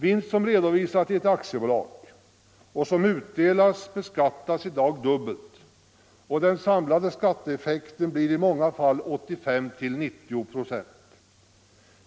Vinst som redovisas i ett aktiebolag och som utdelas beskattas i dag dubbelt, och den samlade skattesatsen blir i många fall 85-90 procent.